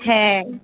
হ্যাঁ